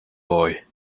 boy